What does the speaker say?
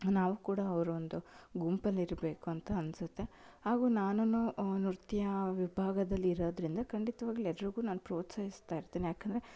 ನಾವೂ ಕೂಡ ಅವ್ರ ಒಂದು ಗುಂಪಲ್ಲಿ ಇರಬೇಕು ಅಂತ ಅನ್ನಿಸುತ್ತೆ ಹಾಗೂ ನಾನು ನೃತ್ಯ ವಿಭಾಗದಲ್ಲಿ ಇರೋದರಿಂದ ಖಂಡಿತವಾಗ್ಲೂ ಎಲ್ಲರಿಗೂ ನಾನು ಪ್ರೋತ್ಸಾಹಿಸ್ತಾ ಇರ್ತೇನೆ ಯಾಕಂದರೆ